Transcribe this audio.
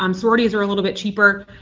um sororities are a little bit cheaper.